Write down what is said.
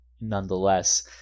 nonetheless